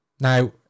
Now